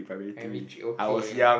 primary three okay ya